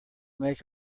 make